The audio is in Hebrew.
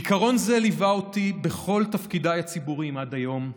עיקרון זה ליווה אותי בכל תפקידיי הציבוריים עד היום,